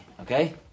okay